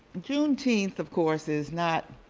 juneteenth, of course, is not